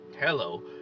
hello